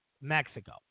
Mexico